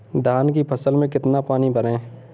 धान की फसल में कितना पानी भरें?